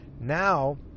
now